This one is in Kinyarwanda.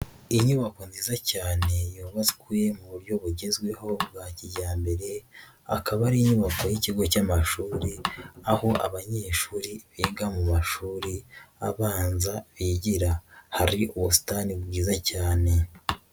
Inyubako nziza cyane yubatswe mu buryo bugezweho bwa kijyambere, akaba ari inyubako y'ikigo cy'amashuri aho abanyeshuri biga mu mashuri abanza bigira, hari ubusitani bwiza cyane.